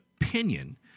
opinion